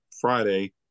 Friday